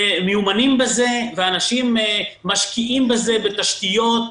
הם מיומנים בזה ואנשים משקיעים בזה בתשתיות,